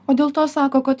o dėl to sako kad